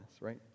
right